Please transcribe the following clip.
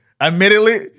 admittedly